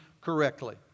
correctly